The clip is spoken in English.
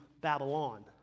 Babylon